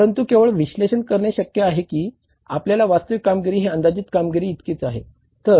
परंतु केवळ विश्लेषण करणे शक्य आहे की आपली वास्तविक कामगिरी ही अंदाजित कामगिरी इतकीच आहे